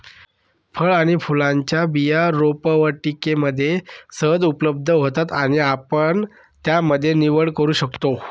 फळ आणि फुलांचे बियाणं रोपवाटिकेमध्ये सहज उपलब्ध होतात आणि आपण त्यामध्ये निवड करू शकतो